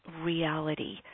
reality